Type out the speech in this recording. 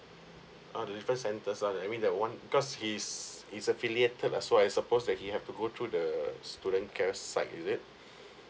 ah the different centres lah I mean that one cause he's he's affiliated as well as suppose that he have to go through the student care side is it